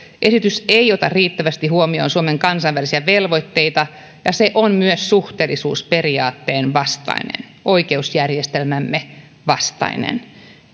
esitys ei ota riittävästi huomioon suomen kansainvälisiä velvoitteita ja se on myös suhteellisuusperiaatteen vastainen oikeusjärjestelmämme vastainen